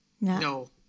No